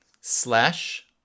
slash